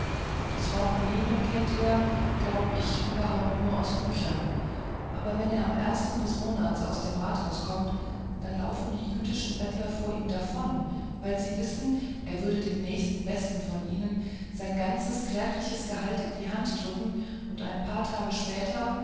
das wort nehmen kennt er glaub ich überhaupt nur aus büchern aber wenn er am ersten des monats aus dem rathaus kommt dann laufen die jüdischen bettler vor ihm davon weil sie wissen er würde dem nächsten besten von ihnen seinen ganzen kärglichen gehalt in die hand drücken und ein paar tage später